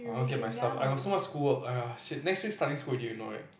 I want to get myself I got so much school work aiya shit next week starting school already you know right